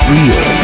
Real